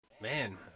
Man